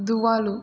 Tuvalu